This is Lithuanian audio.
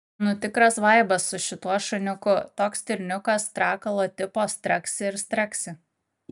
nu tikras vaibas su šituo šuniuku toks stirniukas strakalo tipo straksi ir straksi